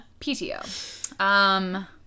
PTO